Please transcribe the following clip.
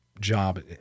job